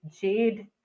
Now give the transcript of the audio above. Jade